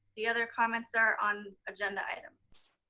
the other comments are on agenda items.